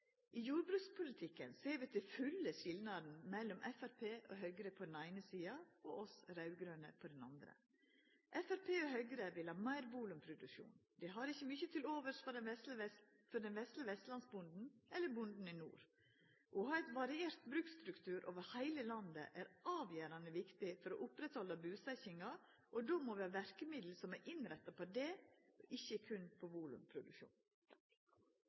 I jordbrukspolitikken ser vi til fulle skilnaden mellom Framstegspartiet og Høgre på den eine sida og oss raud-grøne på den andre. Framstegspartiet og Høgre vil ha meir volumproduksjon, dei har ikkje mykje til overs for den vesle vestlandsbonden eller bonden i nord. Å ha ein variert bruksstruktur over heile landet er avgjerande viktig for å oppretthalda busetjinga, og då må vi ha verkemiddel som er innretta på det, ikkje berre på volumproduksjon.